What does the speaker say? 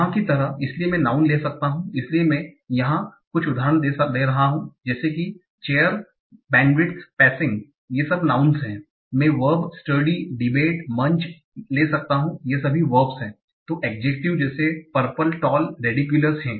यहाँ की तरह इसलिए मैं नाउँन ले सकता हूँ इसलिए मैं यहाँ कुछ उदाहरण भी दे रहा हूँ जैसे कि चेयर बैंडविड्थ पेसिंग ये सब नाउँनस हैं मैं वर्ब स्टडी डिबेट मंच ले सकता हूँ ये सभी वर्बस हैं तो एड्जेक्टिव जैसे पर्पल टाल रेडिकुलस हैं